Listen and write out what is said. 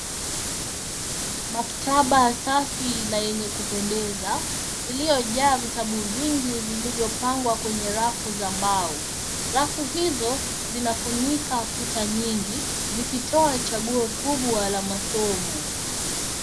Maktaba safi na yenye kupendeza iliyojaa vitabu vingi vilivyopangwa kwenye rafu za mbao. Rafu hizo zinafunika kuta nyingi, zikitoa chaguo kubwa la masomo.